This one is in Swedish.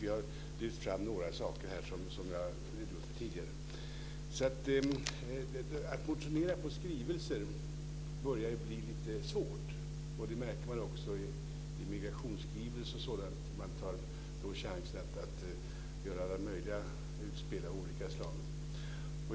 Jag har lyft fram några saker som jag tidigare har redogjort för. Att motionera på skrivelser börjar bli lite svårt, och det märks också i immigrationsskrivelser och sådant. Man tar där chansen att göra utspel av alla möjliga olika slag.